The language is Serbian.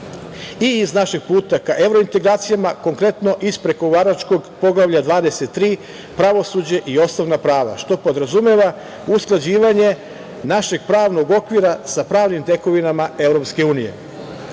i iz našeg puta ka evrointegracijama, konkretno iz pregovaračkog Poglavlja 23 - Pravosuđe i osnovna prava, što podrazumeva usklađivanje našeg pravnog okvira sa pravnim tekovima EU.